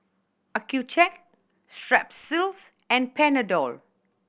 Accucheck Strepsils and Panadol